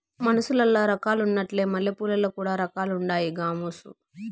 మనుసులల్ల రకాలున్నట్లే మల్లెపూలల్ల కూడా రకాలుండాయి గామోసు